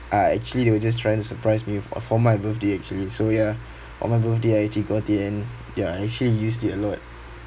uh actually they were just trying to surprise me fo~ for my birthday actually so ya on my birthday I actually got it and ya I actually used it a lot